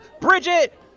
Bridget